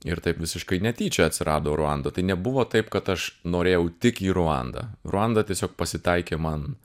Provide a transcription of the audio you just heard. ir taip visiškai netyčia atsirado ruanda tai nebuvo taip kad aš norėjau tik į ruandą ruanda tiesiog pasitaikė man